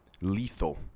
lethal